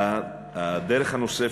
דרך נוספת,